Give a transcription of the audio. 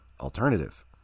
alternative